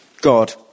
God